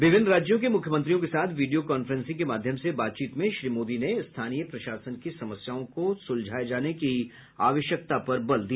विभिन्न राज्यों के मुख्यमंत्रियों के साथ वीडियो कांफ्रेंसिंग के माध्यम से बातचीत में श्री मोदी ने स्थानीय प्रशासन की समस्याओं को सुलझाये जाने की आवश्यकता पर बल दिया